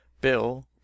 Bill